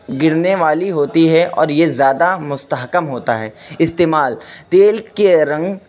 گرنے والی ہوتی ہے اور یہ زیادہ مستحکم ہوتا ہے استعمال تیل کے رنگ